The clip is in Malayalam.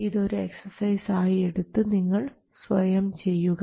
ഇത് ഒരു എക്സസൈസ് ആയി എടുത്ത് നിങ്ങൾ സ്വയം ചെയ്യുക